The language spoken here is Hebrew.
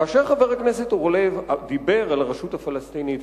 כאשר חבר הכנסת אורלב דיבר על הרשות הפלסטינית,